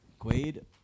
Quaid